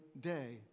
day